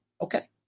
Okay